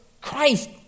Christ